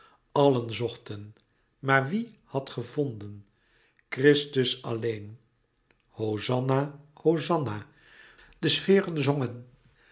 allen zochten maar wie had gevonden christus alleen hosanna hosanna de sferen zongen